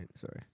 Sorry